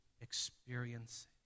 experience